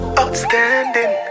outstanding